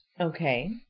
Okay